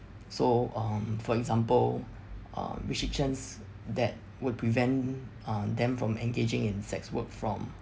so um for example um restrictions that would prevent um them from engaging in sex work from